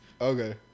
Okay